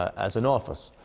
as an office.